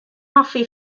hoffi